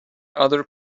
other